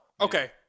Okay